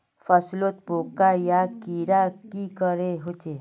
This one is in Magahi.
फसलोत पोका या कीड़ा की करे होचे?